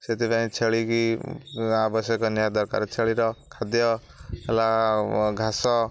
ସେଥିପାଇଁ ଛେଳିକି ଆବଶ୍ୟକ ନିହାତି ଦରକାର ଛେଳିର ଖାଦ୍ୟ ହେଲା ଘାସ